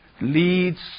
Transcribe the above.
leads